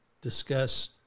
discuss